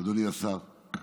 אדוני השר,